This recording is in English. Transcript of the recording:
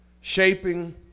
Shaping